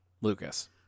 Lucas